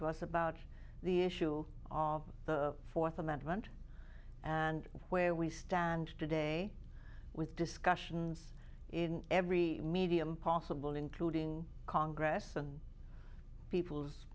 to us about the issue all the fourth amendment and where we stand today with discussions in every medium possible including congress and people's